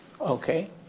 Okay